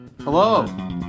Hello